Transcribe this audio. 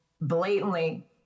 blatantly